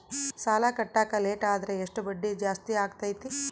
ಸಾಲ ಕಟ್ಟಾಕ ಲೇಟಾದರೆ ಎಷ್ಟು ಬಡ್ಡಿ ಜಾಸ್ತಿ ಆಗ್ತೈತಿ?